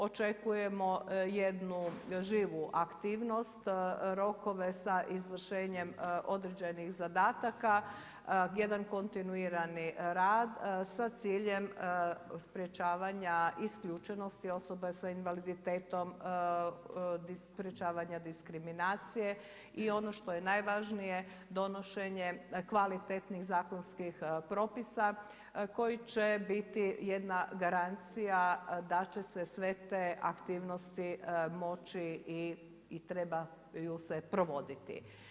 Očekujemo jednu živu aktivnost, rokove sa izvršenjem određenih zadataka, jedan, kontinuirani rad sa ciljem sprječavanja isključenosti osoba s invaliditetom i sprječavanja diskriminacije i ono što je najvažnije, donošenje kvalitetnih zakonskih propisa koji će biti jedna garancija da će se sve te aktivnosti moći i trebaju se provoditi.